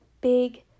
big